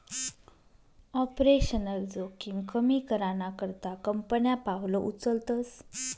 operational जोखिम कमी कराना करता कंपन्या पावलं उचलतस